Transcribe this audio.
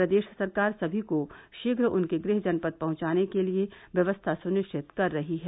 प्रदेश सरकार सभी को शीघ्र उनके गृह जनपद पहंचाने के लिए व्यवस्था सुनिश्चित कर रही है